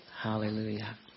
Hallelujah